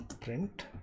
print